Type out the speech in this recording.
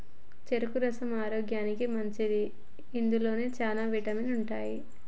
చెరుకు రసం ఆరోగ్యానికి మంచిది ఇందులో చాల విటమిన్స్ ఉంటాయి